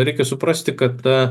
reikia suprasti kad ta